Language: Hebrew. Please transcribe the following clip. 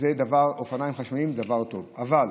לכן